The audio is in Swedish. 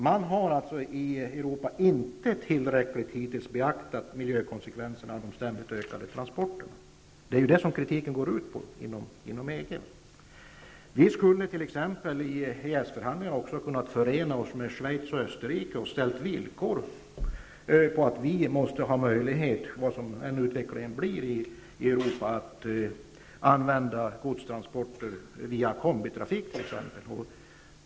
Man har i Europa hittills inte tillräckligt beaktat miljökonsekvenserna när det gäller de ständigt ökade transporterna. Det är ju vad kritiken går ut på. Under EES-förhandlingarna hade vi kunnat förena oss med Schweiz och Österrike och ställt villkor om att få möjlighet -- oavsett hurudan utvecklingen i Europa än blir -- att använda godstransporter, t.ex via kombitrafik.